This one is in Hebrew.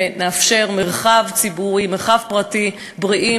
ונאפשר מרחב ציבורי ומרחב פרטי בריאים,